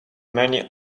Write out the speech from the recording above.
many